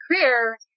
career